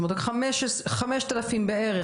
אז כ-5,000 ₪ בערך,